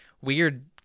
weird